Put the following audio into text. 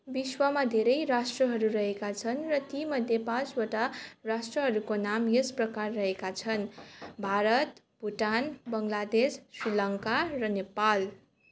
विश्वमा धेरै राष्ट्रहरू रहेका छन् र तीमध्ये पाँचवटा राष्ट्रहरूको नाम यस प्रकार रहेका छन् भारत भुटान बङ्गलादेश श्रीलङ्का र नेपाल